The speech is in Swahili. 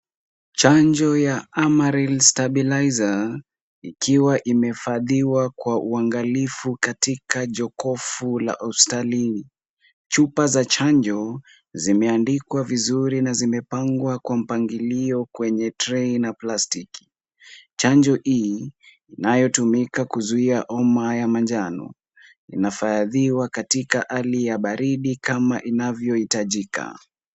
Chanjo ya Amaril Stabilizer ikiwa imehifadhiwa kwa uangalifu katika jokofu la hospitalini. Chupa za chanjo zimeandikwa vizuri na zimepangwa kwa mpangilio kwenye trei na plastiki. Chanjo hii inayotumika kuzuia homa ya manjano inahifadhiwa katika hali ya baridi kama inavyohitajika.